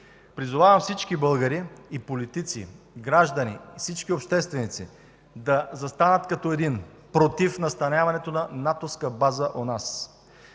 Призовавам всички българи и политици, граждани, всички общественици да застанат като един против настаняването на натовска база у